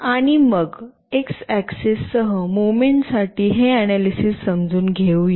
आणि मग x axis सह मुव्हमेंट साठी हे अन्यालीसीस समजून घेऊया